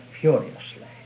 furiously